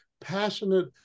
passionate